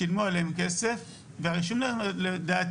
שילמו עליהם כסף והרישום לדעתי,